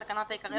בהגדרת "צהרון",